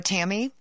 Tammy